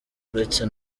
uretse